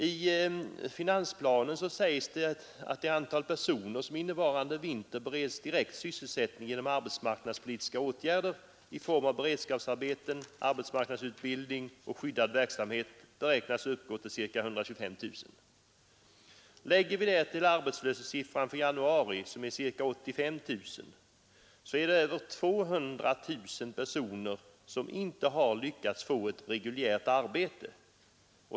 I finansplanen sägs att antalet personer som innevarande vinter bereds direkt sysselsättning genom arbetsmarknadspolitiska åtgärder i form av beredskapsarbeten, arbetsmarknadsutbildning och skyddad verksamhet uppgår till ca 125 000. Lägger man därtill antalet arbetslösa i januari, ca 85 000, så är det över 200 000 personer som inte har lyckats få ett reguljärt arbete.